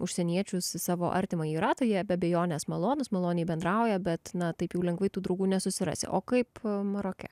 užsieniečius į savo artimąjį ratą jie be abejonės malonūs maloniai bendrauja bet na taip jau lengvai tų draugų nesusirasi o kaip maroke